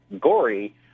gory